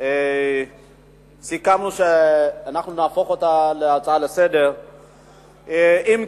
סיכמנו שאנחנו נהפוך אותה להצעה לסדר-היום,